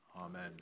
Amen